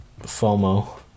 FOMO